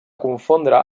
confondre